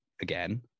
again